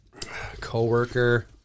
Co-worker